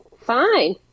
Fine